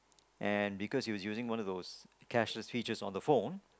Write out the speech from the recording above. and because he was using one of those cashless features on the phone